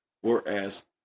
whereas